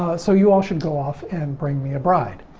so, you all should go off and bring me a bride,